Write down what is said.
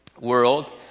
world